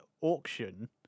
auction